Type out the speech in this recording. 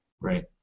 Right